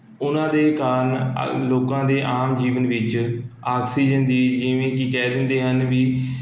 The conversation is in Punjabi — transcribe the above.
ਉਹਨਾਂ ਦੇ ਕਾਰਨ ਲੋਕਾਂ ਦੇ ਆਮ ਜੀਵਨ ਵਿੱਚ ਆਕਸੀਜਨ ਦੀ ਜਿਵੇਂ ਕਿ ਕਹਿ ਦਿੰਦੇ ਹਨ ਵੀ